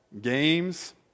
games